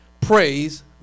Praise